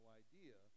idea